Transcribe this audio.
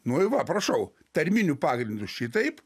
noi va prašau tarminiu pagrindu šitaip